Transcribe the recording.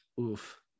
oof